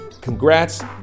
Congrats